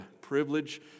privilege